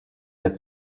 der